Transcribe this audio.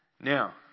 Now